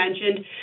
mentioned